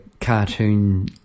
cartoon